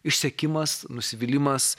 išsekimas nusivylimas